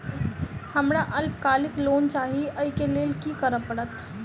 हमरा अल्पकालिक लोन चाहि अई केँ लेल की करऽ पड़त?